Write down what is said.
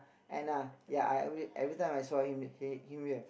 and uh ya I every every time I saw him him here